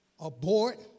abort